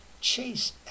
chase